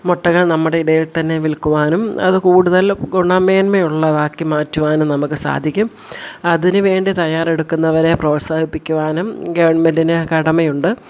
മുട്ടകൾ നമ്മുടെ ഇടയിൽ തന്നെ വിൽക്കുവാനും അത് കൂടുതലും ഗുണമേന്മയുള്ളതാക്കി മാറ്റുവാനും നമുക്ക് സാധിക്കും അതിനുവേണ്ടി തയ്യാറെടുക്കുന്നവരെ പ്രോത്സാഹിപ്പിക്കുവാനും ഗവൺമെൻ്റിന് കടമയുണ്ട്